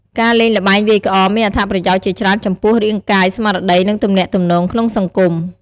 ការលេងល្បែងវាយក្អមមានអត្ថប្រយោជន៍ជាច្រើនចំពោះរាងកាយ ស្មារតី និងទំនាក់ទំនងក្នុងសង្គម។